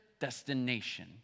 destination